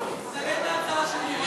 תתנגד להצעה שלי.